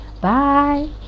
Bye